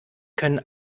können